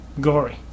gory